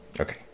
Okay